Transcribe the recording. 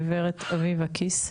גברת אביבה קיס.